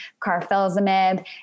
carfilzomib